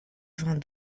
vingt